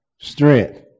strength